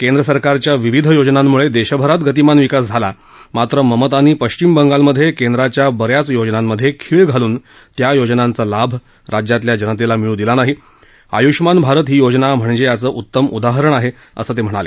केंद्र सरकारच्या विविध योजनांमुळे देशभरात गतिमान विकास झाला मात्र ममतांनी पश्विम बंगालमध्ये केंद्राच्या बऱ्याच योजनांमध्ये खीळ घालून त्या योजनांचा लाभ राज्यातल्या जनतेला मिळू दिला नाही आयुष्मान भारत ही योजना म्हणजे याचं उत्तम उदाहरण आहे असं ते म्हणाले